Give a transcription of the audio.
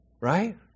Right